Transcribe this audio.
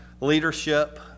leadership